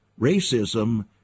racism